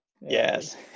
Yes